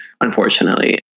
unfortunately